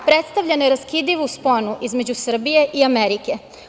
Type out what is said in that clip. Predstavlja neraskidivu sponu između Srbije i Amerike.